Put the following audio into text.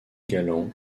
galant